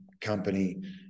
company